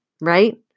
Right